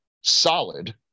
solid